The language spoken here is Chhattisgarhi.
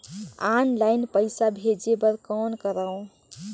ऑनलाइन पईसा भेजे बर कौन करव?